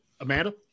Amanda